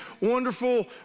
wonderful